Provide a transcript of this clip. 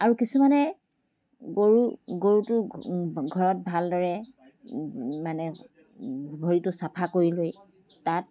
আৰু কিছুমানে গৰু গৰুটোৰ ঘৰত ভালদৰে মানে ভৰিটো চাফা কৰি লৈ তাত